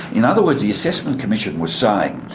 in other words, the assessment commission was saying,